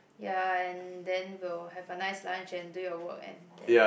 ya and then we'll have a nice lunch and do your work and then